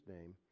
name